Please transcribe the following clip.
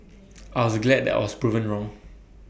I was glad that I was proven wrong